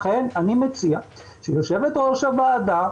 לכן אני מציע שיושבת ראש הוועדה,